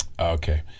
Okay